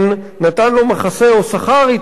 נתן לו מחסה או שכר אתו,